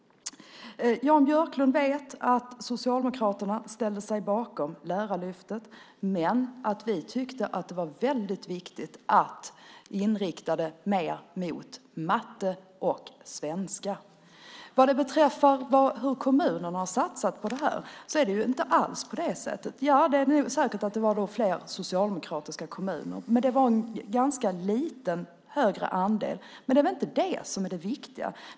Jan Björklund vet att Socialdemokraterna ställde sig bakom Lärarlyftet men att vi tyckte att det var väldigt viktigt att det skulle inriktas mer på matte och svenska. När det gäller hur kommunerna har satsat på detta var det inte alls på det sättet som sägs. Det är nog säkert att det var fler socialdemokratiska kommuner. Men andelen socialdemokratiska kommuner var bara lite större. Men det är väl inte det som är det viktiga?